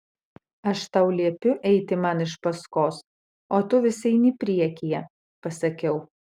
aš tau liepiu eiti man iš paskos o tu vis eini priekyje pasakiau